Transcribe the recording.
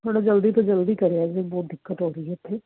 ਥੋੜ੍ਹਾ ਜਲਦੀ ਤੋਂ ਜਲਦੀ ਕਰਿਓ ਜੀ ਬਹੁਤ ਦਿੱਕਤ ਹੋ ਰਹੀ ਹੈ ਇੱਥੇ